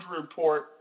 report